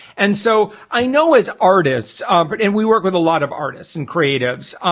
and so i know as artists but and we work with a lot of artists and creatives,